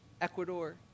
Ecuador